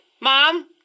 Mom